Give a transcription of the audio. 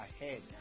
ahead